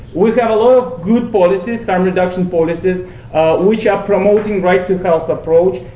we've got a lot of good policies harm reduction policies which are promoting right to health approach,